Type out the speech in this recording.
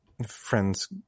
friends